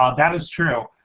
um that is true.